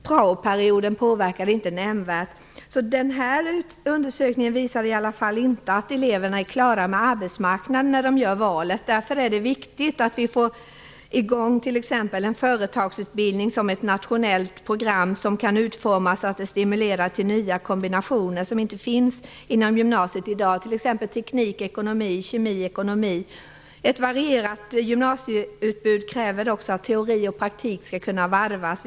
Praoperioden påverkade inte nämnvärt. Denna undersökning visar alltså att eleverna inte är klara över arbetsmarknaden när de gör sitt val. Därför är det viktigt att få i gång t.ex. en företagsutbildning som ett nationellt program som kan utformas så, att det stimulerar till nya kombinationer som inte finns inom gymnasiet i dag, t.ex. teknik ekonomi. Ett varierat gymnasieutbud kräver också att teori och praktik kan varvas.